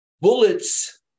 Bullets